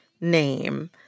name